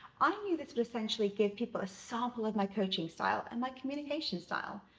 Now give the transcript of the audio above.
i knew this would essentially give people a sample of my coaching style and my communication style,